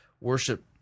worship